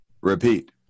Repeat